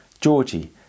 Georgie